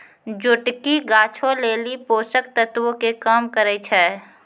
जोटकी गाछो लेली पोषक तत्वो के काम करै छै